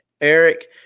Eric